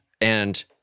And-